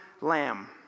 lamb